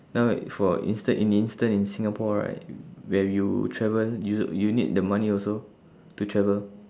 now like for instant in instant in singapore right where you travel you you need the money also to travel